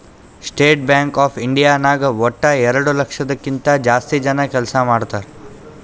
state Bank of India ನಾಗ್ ವಟ್ಟ ಎರಡು ಲಕ್ಷದ್ ಕಿಂತಾ ಜಾಸ್ತಿ ಜನ ಕೆಲ್ಸಾ ಮಾಡ್ತಾರ್